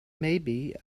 maybe